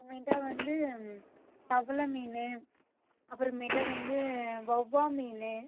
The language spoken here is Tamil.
அப்புறமேட்டு வந்து தவளை மீனு அப்புறமேட்டு வந்து வவ்வால் மீனு